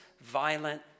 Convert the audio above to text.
violent